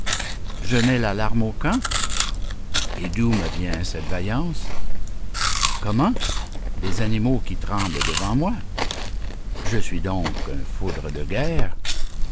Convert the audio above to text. je mets l'alarme au camp et d'où me vient cette vaillance comment des animaux qui tremblent devant moi je suis donc un foudre de guerre